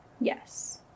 Yes